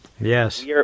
yes